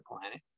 planet